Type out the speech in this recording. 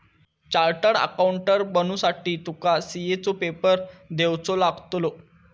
chartered accountant बनुसाठी तुका CA चो पेपर देवचो लागतलो